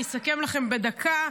אני אסכם לכם בדקה: